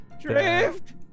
Drift